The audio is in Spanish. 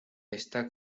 está